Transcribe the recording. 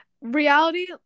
reality